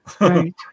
Right